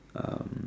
um